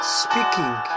speaking